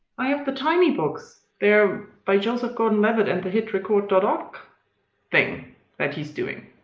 i have the tiny books. they're by joseph gordon-levitt and the hit record dot org thing that he's doing.